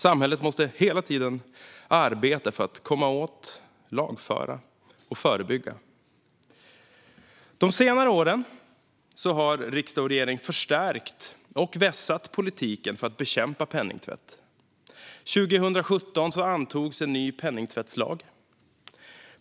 Samhället måste hela tiden arbeta för att komma åt, lagföra och förebygga. De senaste åren har riksdag och regering förstärkt och vässat politiken för att bekämpa penningtvätt. År 2017 antogs en ny penningtvättslag.